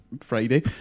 Friday